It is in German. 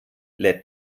lädt